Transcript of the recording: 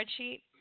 spreadsheet